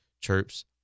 chirps